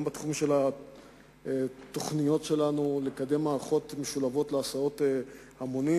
גם בתחום של התוכניות שלנו לקדם מערכות משולבות להסעות המונים.